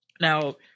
Now